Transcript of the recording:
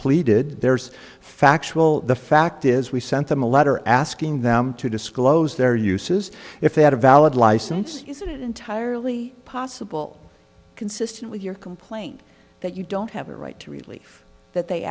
pleaded there's factual the fact is we sent them a letter asking them to disclose their uses if they had a valid license isn't it entirely possible consistent with your complaint that you don't have a right to relief that they